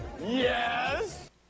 Yes